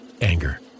anger